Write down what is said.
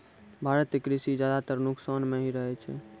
भारतीय कृषि ज्यादातर नुकसान मॅ ही रहै छै